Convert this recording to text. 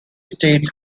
states